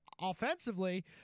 offensively